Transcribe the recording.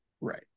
Right